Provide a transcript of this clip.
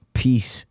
peace